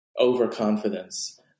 overconfidence